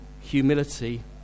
humility